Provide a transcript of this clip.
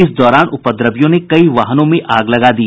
इस दौरान उपद्रवियों ने कई वाहनों में आग लगा दी